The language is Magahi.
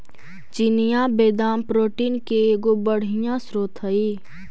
चिनिआबेदाम प्रोटीन के एगो बढ़ियाँ स्रोत हई